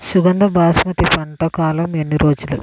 సుగంధ బాస్మతి పంట కాలం ఎన్ని రోజులు?